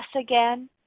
again